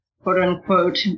quote-unquote